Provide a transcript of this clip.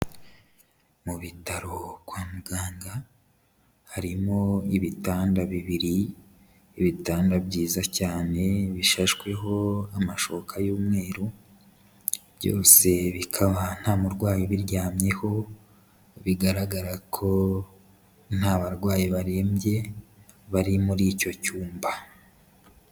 Mu bitaro kwa muganga harimo ibitanda bibiri, ibitanda byiza cyane bishashweho amashuka y'umweru, byose bikaba nta murwayi ubiryamyeho, bigaragara ko nta barwayi barembye bari muri icyo cyumba.